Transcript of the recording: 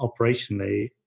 operationally